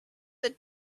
the